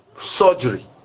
surgery